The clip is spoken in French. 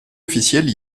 officielle